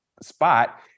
spot